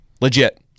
Legit